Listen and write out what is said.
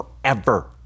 forever